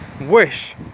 wish